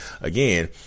Again